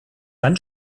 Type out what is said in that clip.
dann